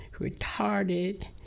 retarded